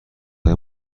های